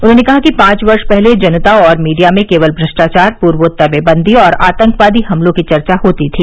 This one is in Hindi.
उन्होंने कहा कि पांच वर्ष पहले जनता और मीडिया में केवल भ्रष्टाचार पूर्वोत्तर में बन्द और आतंकवादी हमलों की चर्चा होती थी